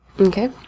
Okay